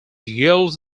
yields